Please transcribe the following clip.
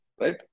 right